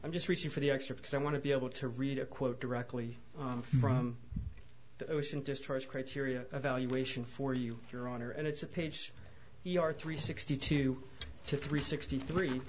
i'm just reaching for the extra because i want to be able to read a quote directly from the ocean discharge criteria evaluation for you your honor and it's a page your three sixty two to three sixty three